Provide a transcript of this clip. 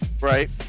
right